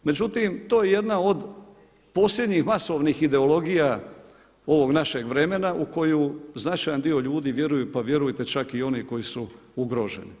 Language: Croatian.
Međutim, to je jedna od posljednjih masovnih ideologija ovog našeg vremena u koju značajan dio ljudi vjeruju pa vjerujte čak i oni koji su ugroženi.